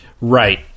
Right